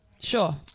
Sure